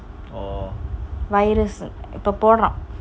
virus eh இப்போ போடுறான்:ipo poduran